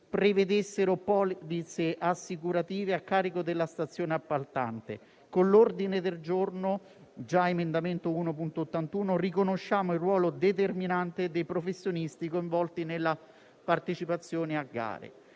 prevedessero polizze assicurative a carico della stazione appaltante. Con l'ordine del giorno (già emendamento 1.81) riconosciamo il ruolo determinante dei professionisti coinvolti nella partecipazione a gare.